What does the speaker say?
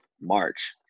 March